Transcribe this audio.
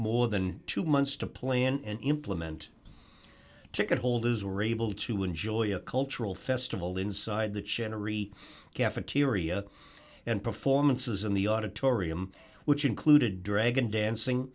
more than two months to plan and implement ticket holders were able to enjoy a cultural festival inside the channel re cafeteria and performances in the auditorium which included dragon dancing